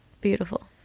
Beautiful